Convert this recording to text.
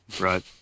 right